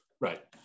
Right